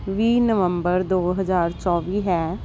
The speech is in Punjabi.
ਵੀਹ ਨਵੰਬਰ ਦੋ ਹਜ਼ਾਰ ਚੌਵੀ ਹੈ